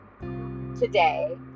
today